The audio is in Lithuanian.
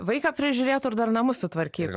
vaiką prižiūrėtų ir dar namus sutvarkytų